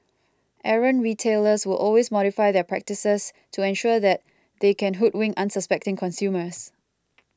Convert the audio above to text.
errant retailers will always modify their practices to ensure that they can hoodwink unsuspecting consumers